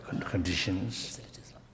conditions